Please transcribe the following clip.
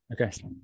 Okay